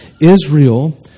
Israel